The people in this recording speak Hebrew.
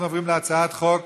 אנחנו עוברים להצעת חוק